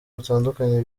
butandukanye